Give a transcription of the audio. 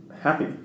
happy